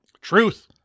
truth